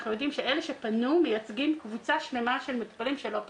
אנחנו יודעים שאלה שפנו מייצגים קבוצה שלמה של אנשים שלא פנו.